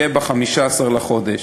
יהיה ב-15 לחודש.